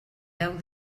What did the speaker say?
deu